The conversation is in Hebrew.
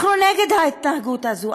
אנחנו נגד ההתנהגות הזאת,